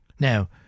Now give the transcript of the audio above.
Now